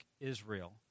Israel